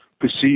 perceive